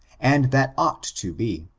and that ought to be.